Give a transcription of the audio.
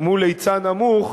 מול היצע נמוך,